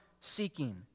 seeking